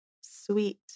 sweet